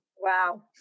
Wow